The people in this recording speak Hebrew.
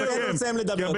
תן לו לסיים לדבר.